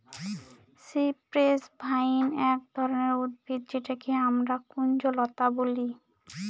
cypress vine এক ধরনের উদ্ভিদ যেটাকে আমরা কুঞ্জলতা বলি